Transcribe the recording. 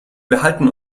behalten